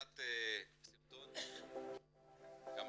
נציג כעת סרטון של כמה